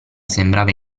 sembrava